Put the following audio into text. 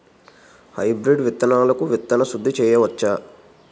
Hybrid విత్తనాలకు విత్తన శుద్ది చేయవచ్చ?